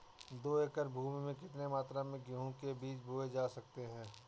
दो एकड़ भूमि में कितनी मात्रा में गेहूँ के बीज बोये जा सकते हैं?